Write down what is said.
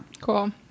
Cool